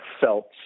felt